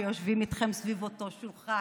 שיושבים איתכם סביב אותו שולחן,